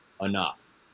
enough